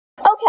Okay